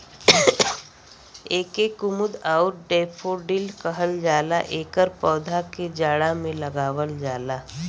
एके कुमुद आउर डैफोडिल कहल जाला एकर पौधा के जाड़ा में लगावल जाला